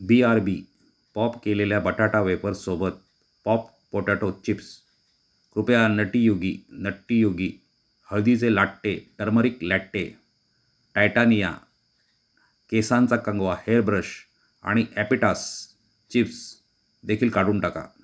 बी R B pop केलेल्या बटाटा वेपरसोबत पॉप पोटॅटो चिप्स कृपया नटीयुगी नट्टीयुगी हळदीचे लाट्टे टर्मरिक लॅट्टे टायटानिया केसांचा कंगवा हेअर ब्रश आणि ॲपिटास चिप्स देखील काढून टाका